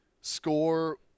score